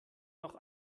noch